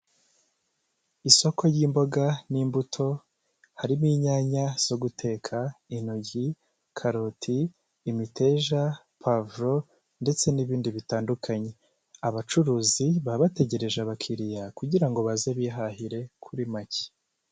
Isoko ry'imboga n'imbuto, harimo inyanya zo guteka, intoryi, karoti, imiteja, puwavuro, ndetse n'ibindi bitandukanye, abacuruzi baba bategereje abakiriya kugira ngo baze bihahire kuri make.